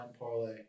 parlay